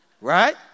Right